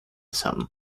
some